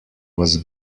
was